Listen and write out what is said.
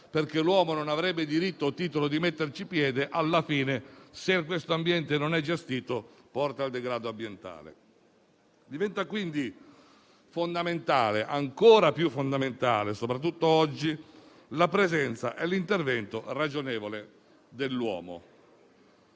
perché l'uomo non avrebbe diritto o titolo di metterci piede alla fine, se questo ambiente non è gestito, porta cioè al degrado ambientale. Diventano quindi ancora più fondamentali; soprattutto oggi, la presenza e l'intervento ragionevole dell'uomo.